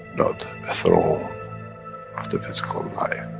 not a throne of the physical life.